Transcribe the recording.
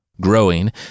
growing